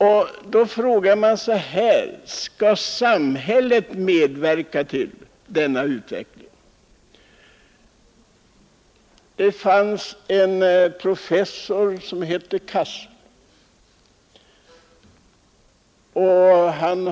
Och då frågar jag om samhället verkligen skall medverka till den utveckling som nu är på gång?